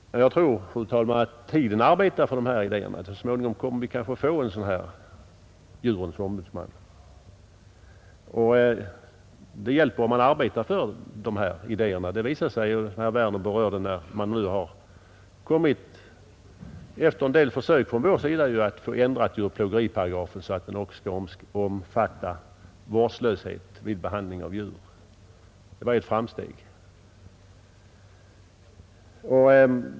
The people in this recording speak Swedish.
Jag tror, fru talman, att tiden arbetar för dessa idéer. Så småningom kommer vi kanske att få en djurens ombudsman. Det hjälper att arbeta för dessa idéer. Herr Werner berörde att vi nu efter en del försök från vår sida får djurplågeriparagrafen ändrad så att den också kommer att omfatta vårdslöshet vid behandlingen av djur. Det är ju ett framsteg.